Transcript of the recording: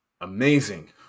amazing